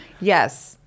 Yes